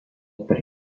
per